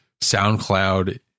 SoundCloud